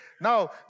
now